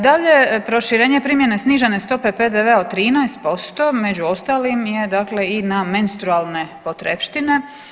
Dalje, proširenje primjene snižene stope PDV-a od 13% među ostalim je dakle i na menstrualne potrepštine.